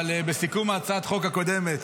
אבל בסיכום הצעת החוק הקודמת